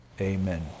Amen